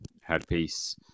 headpiece